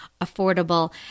affordable